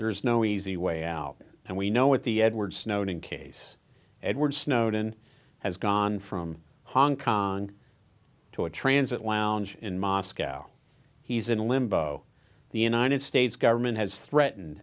there's no easy way out and we know what the edward snowden case edward snowden has gone from hong kong to a transit lounge in moscow he's in limbo the united states government has threatened